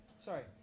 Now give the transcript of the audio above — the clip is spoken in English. Sorry